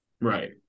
right